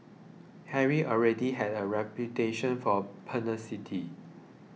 harry already had a reputation for pugnacity